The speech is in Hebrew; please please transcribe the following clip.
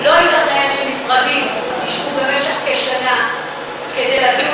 לא ייתכן שמשרדים ישבו במשך כשנה כדי לדון